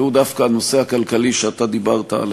והוא דווקא הנושא הכלכלי שאתה דיברת עליו,